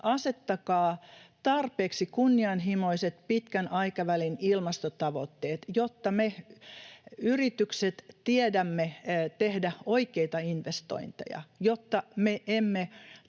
asettakaa tarpeeksi kunnianhimoiset pitkän aikavälin ilmastotavoitteet, jotta me yritykset tiedämme tehdä oikeita investointeja, jotta me emme